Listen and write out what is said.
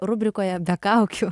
rubrikoje be kaukių